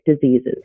diseases